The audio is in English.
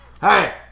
hey